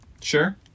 Sure